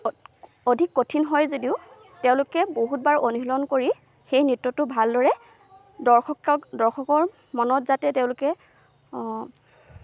অধিক কঠিন হয় যদিও তেওঁলোকে বহুতবাৰ অনশীলন কৰি সেই নৃত্যটো ভালদৰে দৰ্শকক দৰ্শকৰ মনত যাতে তেওঁলোকে